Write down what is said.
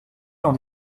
dans